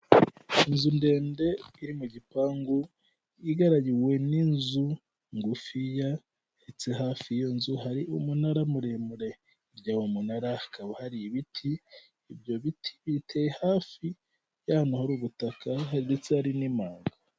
Inzu ndende iri mu gipangu igarariwe n'inzu ngufiya, ndetse hafi y'iyo nzu hari umunara muremure, hirya y'uwo munara hakaba hari ibiti, ibyo biti biteye hafi y'ahantu hari ubutaka ndetse hari n'imambo.